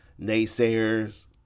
naysayers